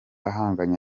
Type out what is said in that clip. ahanganye